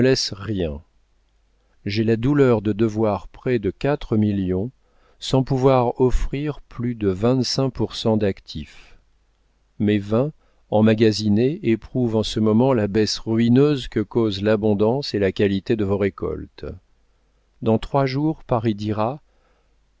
rien j'ai la douleur de devoir près de quatre millions sans pouvoir offrir plus de vingt-cinq pour cent d'actif mes vins emmagasinés éprouvent en ce moment la baisse ruineuse que causent l'abondance et la qualité de vos récoltes dans trois jours paris dira